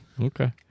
Okay